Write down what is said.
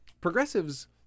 progressives